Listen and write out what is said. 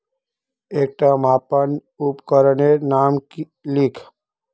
एकटा मापन उपकरनेर नाम लिख?